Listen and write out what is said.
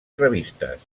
revistes